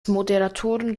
moderatoren